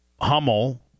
hummel